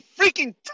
freaking